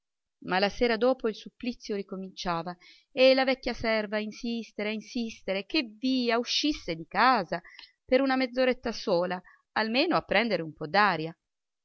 ma la sera dopo il supplizio ricominciava e la vecchia serva a insistere a insistere che via uscisse di casa per una mezz'oretta sola almeno a prendere un po